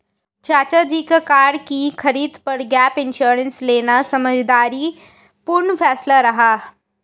चाचा जी का कार की खरीद पर गैप इंश्योरेंस लेना समझदारी पूर्ण फैसला रहा